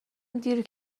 دیر